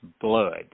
blood